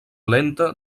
lenta